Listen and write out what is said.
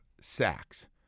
sacks